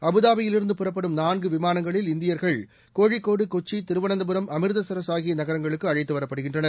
அபுதாபியில் இருந்து புறப்படும் நான்கு விமானங்களில் இந்தியர்கள் கோழிக்கோடு கொச்சி திருவனந்தபுரம் அமிர்தசரஸ் ஆகிய நகரங்களுக்கு அழைத்து வரப்படுகின்றனர்